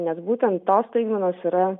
nes būtent tos staigmenos yra